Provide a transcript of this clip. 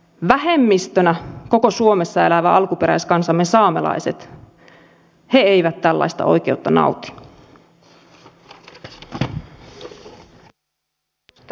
vähemmistönä koko suomessa elävä alkuperäiskansamme saamelaiset he eivät tällaista oikeutta nauti